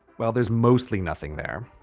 well, there's mostly nothing there.